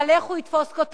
אבל איך הוא יתפוס כותרות?